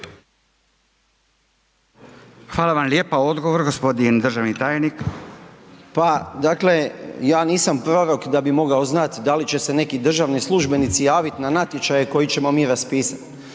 Hvala vam lijepa, odgovor gospodin državni tajnik. **Nekić, Darko** Hvala, dakle ja nisam prorok da bi mogao znat da li će se neki državni službenici javit na natječaje koje ćemo mi raspisati.